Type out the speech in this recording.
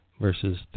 verses